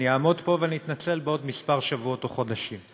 אני אעמוד פה ואני אתנצל בעוד כמה שבועות או חודשים.